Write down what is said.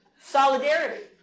Solidarity